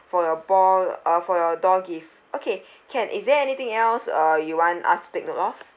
for your ball uh for your door gift okay can is there anything else uh you want us take note of